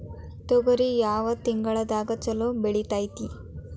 ತೊಗರಿ ಯಾವ ತಿಂಗಳದಾಗ ಛಲೋ ಬೆಳಿತೈತಿ?